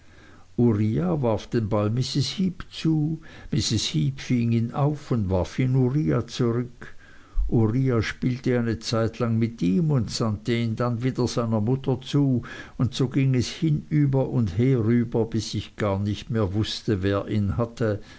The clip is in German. uriah warf den ball mrs heep zu mrs heep fing ihn auf und warf ihn uriah zurück uriah spielte eine zeitlang mit ihm und sandte ihn dann wieder seiner mutter zu und so ging es hinüber und herüber bis ich gar nicht mehr wußte wer ihn hatte